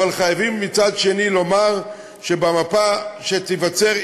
אבל חייבים מצד שני לומר שבמפה שתיווצר,